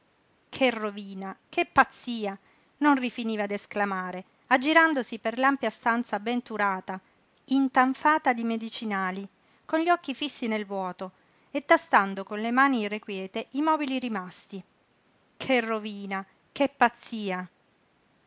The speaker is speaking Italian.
che rovina che pazzia non rifiniva d'esclamare aggirandosi per l'ampia stanza ben turata intanfata di medicinali con gli occhi fissi nel vuoto e tastando con le mani irrequiete i mobili rimasti che rovina che pazzia